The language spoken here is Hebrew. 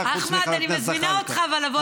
אף אחד חוץ מחבר הכנסת זחאלקה,